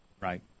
Right